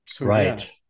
Right